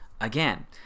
again